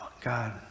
God